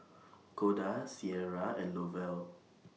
Koda Ciera and Lovell